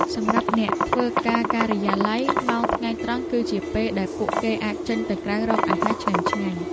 សម្រាប់អ្នកធ្វើការការិយាល័យ ម៉ោងថ្ងៃត្រង់គឺជាពេលដែលពួកគេអាចចេញក្រៅរកអាហារឆ្ងាញ់ៗ។